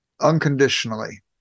unconditionally